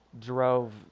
drove